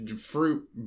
fruit